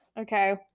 Okay